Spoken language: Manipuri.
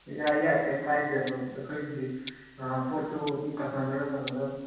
ꯌꯥꯏ ꯌꯥꯏ ꯀꯔꯤꯝ ꯀꯥꯏꯗꯦ ꯑꯗꯣ ꯑꯩꯈꯣꯏꯗꯤ ꯄꯣꯠꯇꯨ ꯑꯗꯨꯝ ꯀꯁꯇꯃꯔꯗ ꯇꯧꯔꯒ